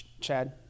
Chad